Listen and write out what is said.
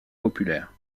populaire